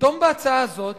פתאום בהצעה הזאת